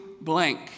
blank